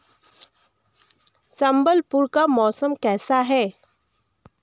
सम्बलपुर का मौसम कैसा है